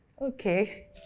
Okay